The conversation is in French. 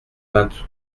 vingt